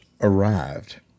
arrived